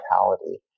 mortality